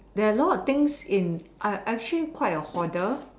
there are a lot of things in I'm actually quite a hoarder